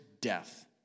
death